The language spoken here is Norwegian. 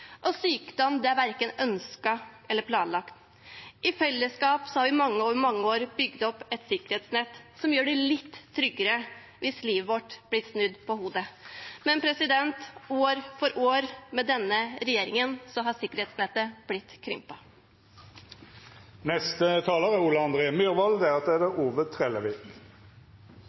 og sykdom er verken ønsket eller planlagt. I fellesskap har vi over mange år bygd opp et sikkerhetsnett som gjør det litt tryggere hvis livet vårt blir snudd på hodet. Men år for år med denne regjeringen har sikkerhetsnettet blitt krympet. Skal vi nå klimamålene våre, må vi ta skogen i bruk. Det er ikke Senterpartiet som sier det, det er